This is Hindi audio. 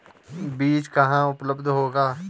बीज कहाँ उपलब्ध होगा?